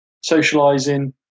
socializing